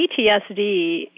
PTSD